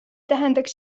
tähendaks